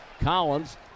Collins